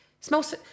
Smells